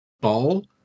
ball